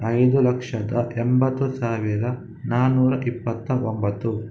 ಐದು ಲಕ್ಷದ ಎಂಬತ್ತು ಸಾವಿರ ನಾನ್ನೂರ ಇಪ್ಪತ್ತ ಒಂಬತ್ತು